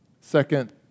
Second